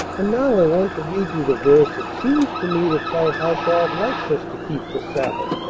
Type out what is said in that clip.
and now i want to read you the verse that seems to me to tell how god likes us to keep the sabbath.